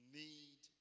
need